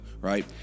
right